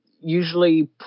Usually